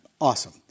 Awesome